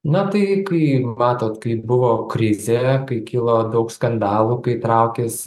na tai kai matot kaip buvo krizė kai kilo daug skandalų kai traukėsi